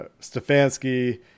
Stefanski